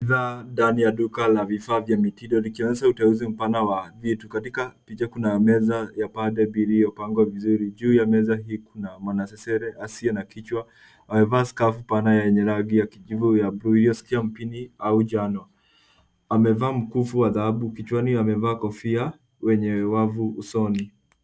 Ndani ya duka la vifaa vya mitindo. Nkianza uteuzi mpana wa vitu. Katika picha kuna meza ya pande mbili iliyopangwa vizuri. Juu ya meza hiyo kuna mwanasesere asiye na kichwa. Amevaa skafu pana yenye rangi ya kijivu ya buluu . Amevaa mkufu wa dhahabu, kichwani amevaa kofia wenye wavu usoni.